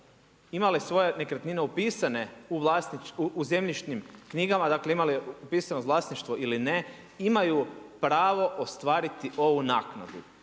ima li svoje nekretnine upisane u zemljišnim knjigama, dakle imali upisano vlasništvo ili ne imaju pravo ostvariti ovu naknadu.